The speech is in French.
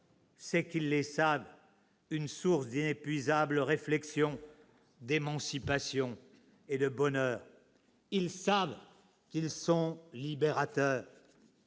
c'est qu'ils les savent une source inépuisable de réflexion, d'émancipation et de bonheur. Ils savent qu'ils sont libérateurs.